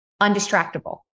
undistractable